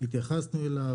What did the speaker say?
התייחסנו אליו,